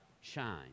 shine